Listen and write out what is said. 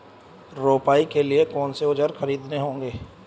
रोपाई के लिए कौन से औज़ार खरीदने होंगे?